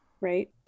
right